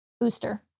booster